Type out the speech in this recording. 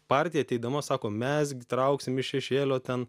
partija ateidama sako mes gi trauksim iš šešėlio ten